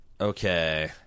okay